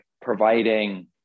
providing